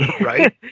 Right